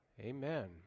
Amen